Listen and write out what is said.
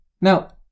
now